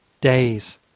days